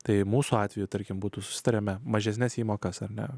tai mūsų atveju tarkim būtų susitariame mažesnes įmokas ar ne